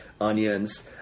onions